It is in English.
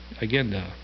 Again